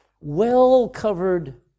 well-covered